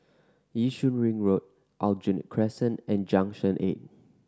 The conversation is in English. Yishun Ring Road Aljunied Crescent and Junction Eight